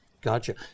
Gotcha